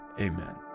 amen